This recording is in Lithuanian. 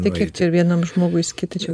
tai kiek čia vienam žmogui skirti čia